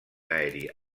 aeri